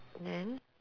then